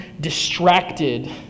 distracted